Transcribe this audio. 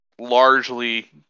largely